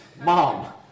mom